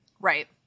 Right